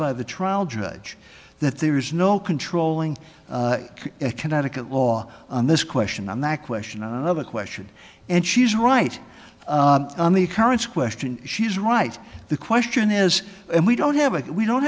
by the trial judge that there is no controlling a connecticut law on this question on that question i love a question and she's right on the currents question she's right the question is and we don't have it we don't